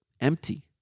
empty